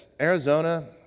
Arizona